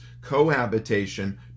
cohabitation